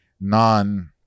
non